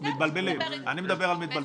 אני מדבר על מתבלבלים.